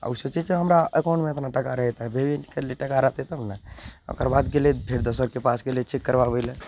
आओर उ सोचय छै हमरा एकाउंटमे एतना टाका रहय तऽ कहलियै टाका रहतइ तबने ओकर बाद गेलय फेर दोसरके पास गेलय चेक करबाबय लए